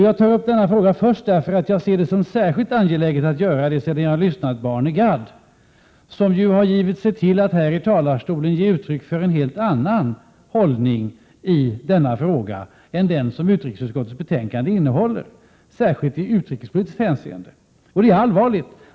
Jag tar upp denna fråga först, därför att jag ser det som särskilt angeläget att göra det sedan jag lyssnat på Arne Gadd, som har givit sig till att här i talarstolen ge uttryck för en helt annan hållning i denna fråga än den som utrikesutskottets betänkande innehåller, särskilt i utrikespolitiskt hänseende. Det är allvarligt.